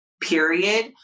period